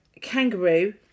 Kangaroo